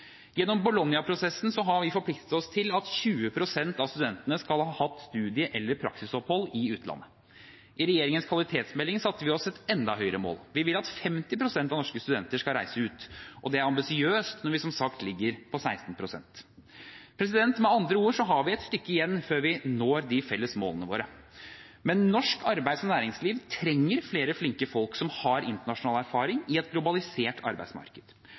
Gjennom Bologna-prosessen har vi forpliktet oss til at 20 pst. av studentene skal ha hatt et studie- eller praksisopphold i utandet. I regjeringens kvalitetsmelding satte vi oss et enda høyere mål. Vi vil at 50 pst. av norske studenter skal reise ut, og det er ambisiøst når vi – som sagt – ligger på 16 pst. Med andre ord har vi et stykke igjen før vi når de felles målene våre. Men norsk arbeids- og næringsliv trenger flere flinke folk som har internasjonal erfaring i et globalisert arbeidsmarked.